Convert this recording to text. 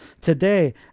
Today